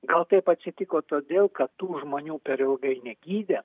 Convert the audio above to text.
gal taip atsitiko todėl kad tų žmonių per ilgai negydė